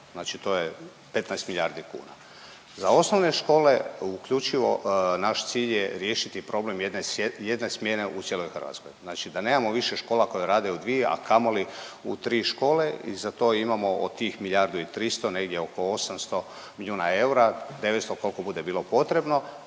Znači to je 15 milijardi kuna. Za osnovne škole, uključivo, naš cilj je riješiti problem jedne smjene u cijeloj Hrvatskoj. Znači da nemamo više škola koje rade u dvije, a kamoli u tri škole i za to imamo od tih milijardu i 300, negdje oko 800 milijuna eura, 900, koliko bude bilo potrebno,